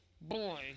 boy